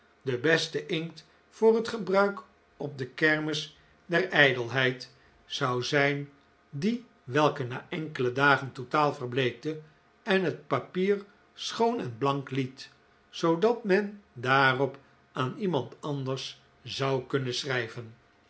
de beste inkt voor het gebruik op de kermis der ijdelheid zou die zijn welke na enkele dagen totaal verbleekte en het papier schoon en blank liet zoodat men daarop aan iemand anders zou kunnen schrijven